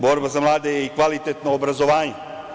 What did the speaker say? Borba za mlade je i kvalitetno obrazovanje.